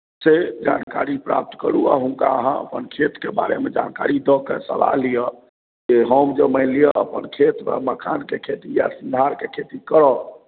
से जानकारी प्राप्त करू आ हुनका अहाँ अपन खेतके बारेमे जानकारी दऽ के सलाह लिअ जे हम जे मानि लिअ अपन खेतमे मखानके खेती या सिंघाड़के खेती करब